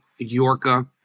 Yorka